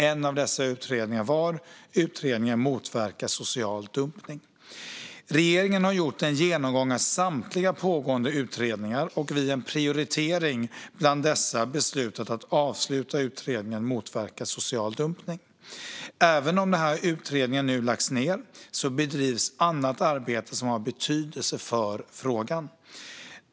En av dessa var utredningen Motverka social dumpning . Regeringen har gjort en genomgång av samtliga pågående utredningar och vid en prioritering bland dessa beslutat att avsluta utredningen Motverka social dumpning. Även om denna utredning nu har lagts ned bedrivs annat arbete som har betydelse för frågan.